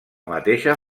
mateixa